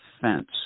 fence